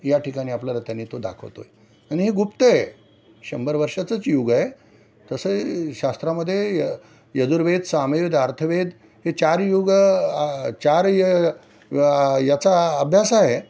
या ठिकाणी आपल्याला त्यांनी तो दाखवतो आहे आणि हे गुप्त आहे शंभर वर्षाचंच युग आहे तसं शास्त्रामध्ये य यजुर्वेद सामवेद अर्थवेद हे चार युग चार य याचा अभ्यास आहे